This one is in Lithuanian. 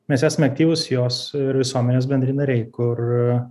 mes esame aktyvūs jos visuomenės bendri nariai kur